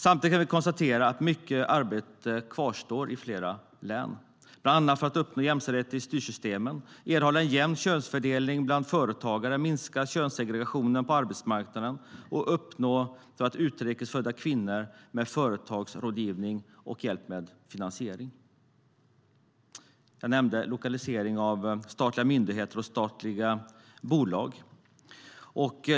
Samtidigt kan vi konstatera att mycket arbete kvarstår i flera län bland annat för att uppnå jämställdhet i styrsystemen, erhålla en jämn könsfördelning bland företagare, minska könssegregationen på arbetsmarknaden och erbjuda utrikesfödda kvinnor företagsrådgivning och hjälp med finansiering. Jag nämnde lokaliseringen av statliga myndigheter och statliga bolag.